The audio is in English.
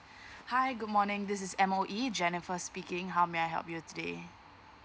hi good morning this is M_O_E jennifer speaking how may I help you today